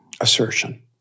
assertion